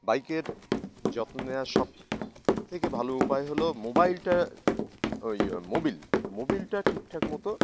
বাইকের যত্নের সব থেকে ভালো উপায় হল মোবিলটা মোবিল মোবিলটা ঠিকঠাক মতো